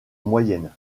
moyenne